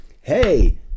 Hey